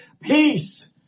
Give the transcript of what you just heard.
Peace